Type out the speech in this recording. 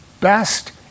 best